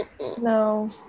no